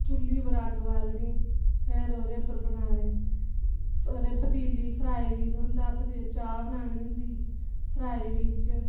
चुल्ली पर अग्ग बालनी फिर ओह्दे उप्पर बनाने ओहदे पतीले फ्राईपैन होंदा चाह् बनानी होंदी फ्राईबीन च